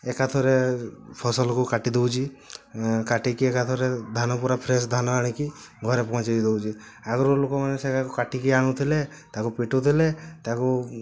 ଏକାଥକରେ ଫସଲକୁ କାଟି ଦଉଛି କାଟିକି ଏକାଥକରେ ଧାନ ପୁରା ଫ୍ରେସ୍ ଧାନ ଆଣିକି ଘରେ ପହଞ୍ଚାଇ ଦଉଛି ଆଗୁରୁ ଲୋକମାନେ ସେଇଆକୁ କାଟିକି ଆଣୁଥିଲେ ତାକୁ ପିଟୁଥିଲେ ତାକୁ